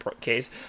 case